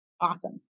Awesome